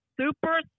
super